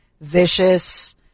vicious